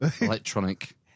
electronic